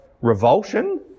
Revulsion